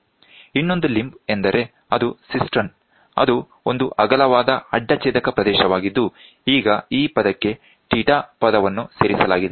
ಇನ್ನೊಂದು ಲಿಂಬ್ ಎಂದರೆ ಅದು ಸಿಸ್ಟರ್ನ್ಸ್ ಅದು ಒಂದು ಅಗಲವಾದ ಅಡ್ಡ ಛೇದಕ ಪ್ರದೇಶವಾಗಿದ್ದು ಈಗ ಈ ಪದಕ್ಕೆ θ ಪದವನ್ನು ಸೇರಿಸಲಾಗಿದೆ